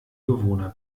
bewohner